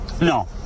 No